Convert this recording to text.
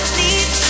need